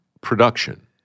production